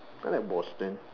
I like boston